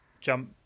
jump